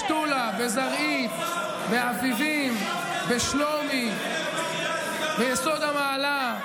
בשתולה, בזרעית, באביבים, בשלומי, ביסוד המעלה.